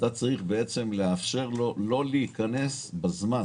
אתה צריך לאפשר לו לא להיכנס בשעות מסוימות.